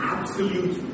Absolute